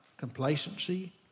complacency